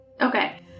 okay